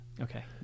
Okay